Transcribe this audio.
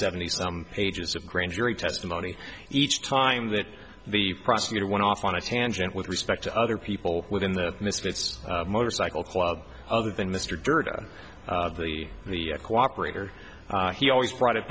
seventy some pages of grand jury testimony each time that the prosecutor went off on a tangent with respect to other people within the misfits motorcycle club other than mr dirda of the the cooperator he always brought it